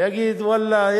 יגיד: ואללה,